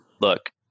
look